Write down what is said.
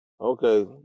Okay